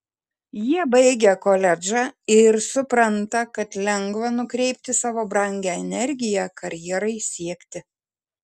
jie baigia koledžą ir supranta kad lengva nukreipti savo brangią energiją karjerai siekti